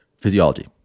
physiology